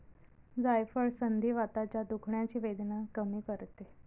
जायफळ संधिवाताच्या दुखण्याची वेदना कमी करते